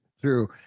True